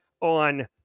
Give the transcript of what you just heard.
on